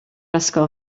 ysgol